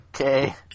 Okay